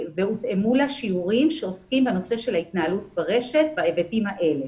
הותאמו לה שיעורים שעוסקים בנושא של ההתנהלות ברשת בהיבטים האלה.